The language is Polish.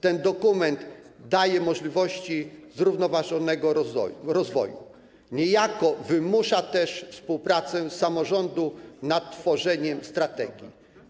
Ten dokument daje możliwości zrównoważonego rozwoju, niejako wymusza też współpracę samorządu nad tworzeniem strategii.